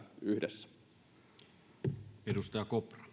yhdessä arvoisa